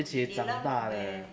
一起长大的